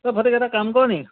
অঁ ফটিক এটা কাম কৰ নি